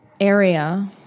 area